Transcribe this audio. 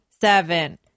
seven